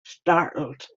startled